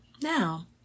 now